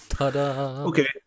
okay